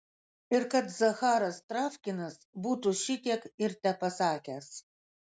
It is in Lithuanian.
ir kad zacharas travkinas būtų šitiek ir tepasakęs